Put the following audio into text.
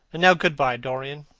and now good-bye, dorian.